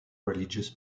religious